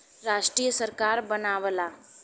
राष्ट्रीय सरकार बनावला